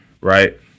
Right